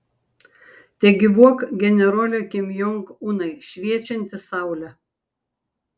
tegyvuok generole kim jong unai šviečianti saule